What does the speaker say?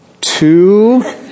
two